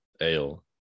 ale